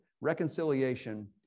Reconciliation